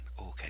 Okay